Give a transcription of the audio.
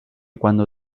cuando